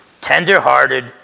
tender-hearted